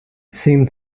seemed